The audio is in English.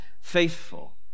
faithful